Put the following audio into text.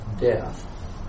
death